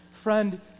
friend